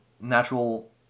natural